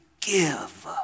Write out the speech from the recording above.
give